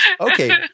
Okay